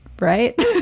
right